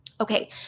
Okay